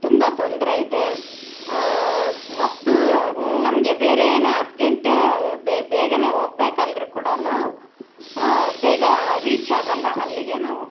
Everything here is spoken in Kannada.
ತುಂಬ ತೊಂದರೆ ಇದೆ ಮತ್ತು ನಮಗೆ ಬೇರೆ ಏನೊ ಅರ್ಜೆಂಟ ಬೇಗನೇ ಹೋಗ್ಬೇಕಂದ್ರು ಕೂಡ ಬೇಗ ರೀಚ್ ಆಗೋಲ್ಲ ಅಲ್ಲಿಗೆ ನಾವು